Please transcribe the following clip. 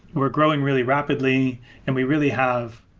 we're growing really rapidly and we really have,